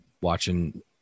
watching